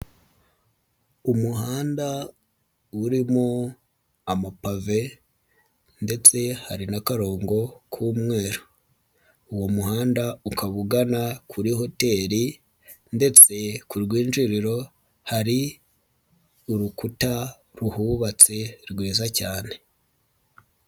Umuhanda urimo amapave ndetse hari n'akarongo k'umweru, uwo muhanda ukaba ugana kuri hoteli ndetse ku rwinjiriro hari urukuta ruhubatse rwiza cyane.